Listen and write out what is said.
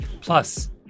Plus